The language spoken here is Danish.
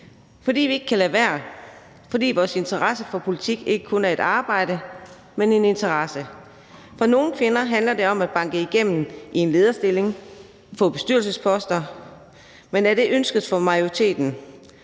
fordi vi ikke kan lade være, fordi vores interesse for politik ikke kun er et arbejde, men en interesse. For nogle kvinder handler det om at banke igennem i en lederstilling, få bestyrelsesposter. Men er det ønsket for majoriteten?